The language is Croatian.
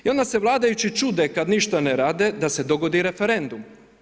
I onda se vladajući čude kada ništa ne rade da se dogodi referendum.